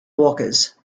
walkers